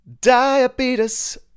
diabetes